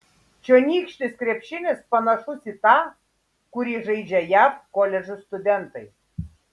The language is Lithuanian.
čionykštis krepšinis panašus į tą kurį žaidžia jav koledžų studentai